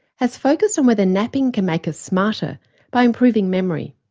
has focussed on whether napping can make us smarter by improving memory.